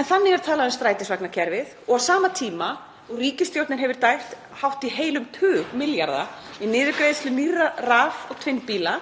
En þannig er talað um strætisvagnakerfið. Og á sama tíma og ríkisstjórnin hefur dælt hátt í heilum tug milljarða í niðurgreiðslur nýrra raf- og tvinnbíla,